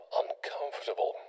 uncomfortable